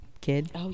kid